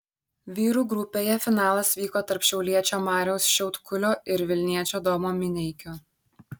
vyrų grupėje finalas vyko tarp šiauliečio mariaus šiaudkulio ir vilniečio domo mineikio